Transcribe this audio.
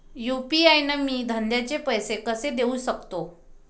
UPI न मी धंद्याचे पैसे कसे देऊ सकतो?